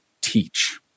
teach